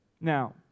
Now